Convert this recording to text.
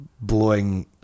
blowing